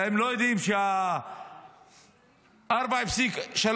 והם לא יודעים שבין 4.3